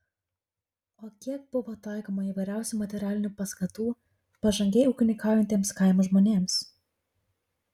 o kiek buvo taikoma įvairiausių materialinių paskatų pažangiai ūkininkaujantiems kaimo žmonėms